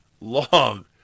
long